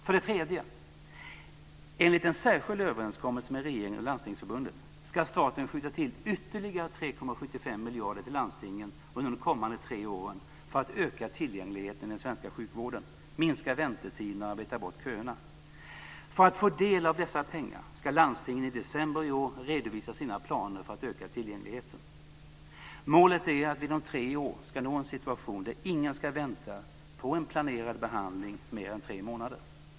För det tredje: Enligt en särskild överenskommelse mellan regeringen och Landstingsförbundet ska staten skjuta till ytterligare 3,75 miljarder till landstingen under de kommande tre åren för att öka tillgängligheten i den svenska sjukvården, minska väntetiden och arbeta bort köerna. För att få del av dessa pengar ska landstingen i december i år redovisa sina planer för att öka tillgängligheten. Målet är att vi inom tre år ska nå en situation där ingen ska vänta på en planerad behandling mer än tre månader.